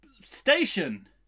station